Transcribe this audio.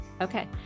okay